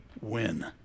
win